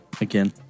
again